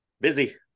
busy